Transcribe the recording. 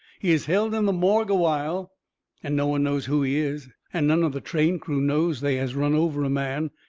he is held in the morgue a while and no one knows who he is, and none of the train crew knows they has run over a man,